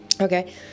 Okay